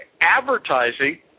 advertising